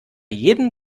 jedem